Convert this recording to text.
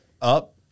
up